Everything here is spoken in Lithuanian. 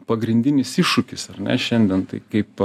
pagrindinis iššūkis ar ne šiandien tai kaip